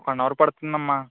one hour పడుతుంది అమ్మా